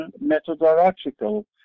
methodological